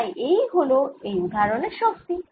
তাই এই হল এই উদাহরন এর শক্তি